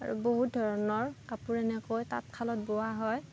আৰু বহুত ধৰণৰ কাপোৰ এনেকৈ তাঁতশালত বোৱা হয়